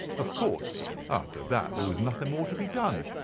of course after that there was nothing more to be done.